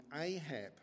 Ahab